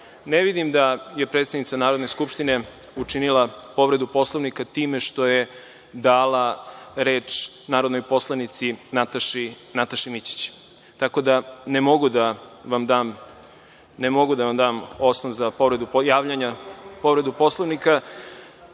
vidim da je predsednica Narodne skupštine učinila povredu Poslovnika time što je dala reč narodnoj poslanici Nataši Mićić, tako da ne mogu da vam dam osnov za javljanje po povredi